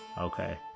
Okay